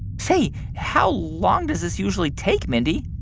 say, how long does this usually take, mindy?